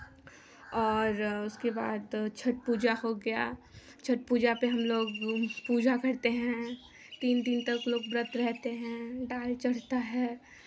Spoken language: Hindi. और उसके बाद छठ पूजा हो गया छठ पूजा पे हम लोग पूजा करते हैं तीन दिन तक लोग व्रत रहते हैं डाल चढ़ता है